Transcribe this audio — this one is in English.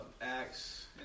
Acts